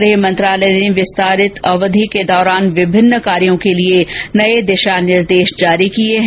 गृह मंत्रालय ने विस्तारित अवधि के दौरान विभिन्न कार्यों के लिए नए दिशा निर्देश जारी किए हैं